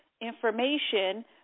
information